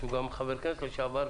שהוא גם חבר כנסת לשעבר,